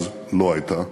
אז לא הייתה,